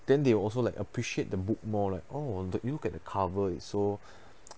then they will also like appreciate the book more like oh the you look at the cover it so